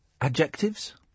Adjectives